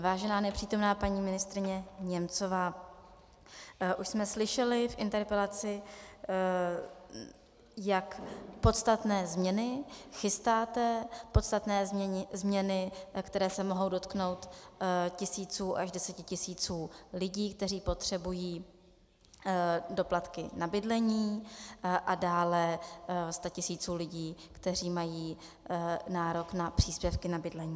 Vážená nepřítomná paní ministryně Němcová, už jsme slyšeli v interpelaci, jak podstatné změny chystáte, podstatné změny, které se mohou dotknout tisíců až desetitisíců lidí, kteří potřebují doplatky na bydlení, a dále statisíců lidí, kteří mají nárok na příspěvky na bydlení.